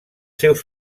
seus